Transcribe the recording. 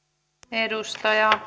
arvoisa